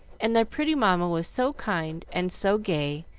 and their pretty mamma was so kind and so gay,